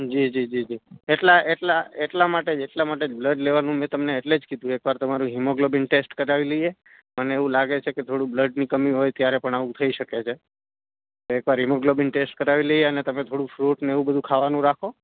જી જી જી એટલા એટલા એટલા માટે જ એટલા માટે જ બ્લડ લેવાનું મેં તમને એટલે જ કીધું એક વાર તમારું હિમોગ્લોબિન ટેસ્ટ કરાવી લઈએ અને એવું લાગે છે કે થોડું બ્લડની કમી હોય ત્યારે પણ આવું થઇ શકે છે એકવાર હીમોગ્લોબિન ટેસ્ટ કરાવી લઈએ અને તમે થોડું ફ્રૂટ ને એવું બધું ખાવાનું રાખો